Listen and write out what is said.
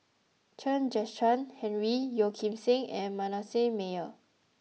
Chen Kezhan Henri Yeo Kim Seng and Manasseh Meyer